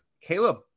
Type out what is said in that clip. Caleb